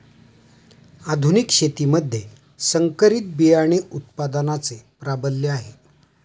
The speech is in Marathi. आधुनिक शेतीमध्ये संकरित बियाणे उत्पादनाचे प्राबल्य आहे